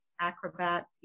Acrobat